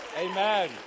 Amen